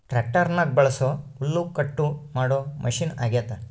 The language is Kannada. ಟ್ಯಾಕ್ಟರ್ನಗ ಬಳಸೊ ಹುಲ್ಲುಕಟ್ಟು ಮಾಡೊ ಮಷಿನ ಅಗ್ಯತೆ